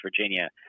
Virginia